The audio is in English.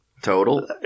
Total